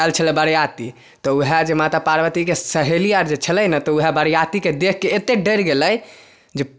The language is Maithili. आएल छलै बरयाती तऽ ऊहए जे माता पार्वती के सहेली अर जे छलै नऽ तऽ ऊहए बरयाती के देख के एते डैर गेलै जे